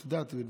את יודעת,